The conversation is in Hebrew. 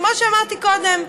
כמו שאמרתי קודם.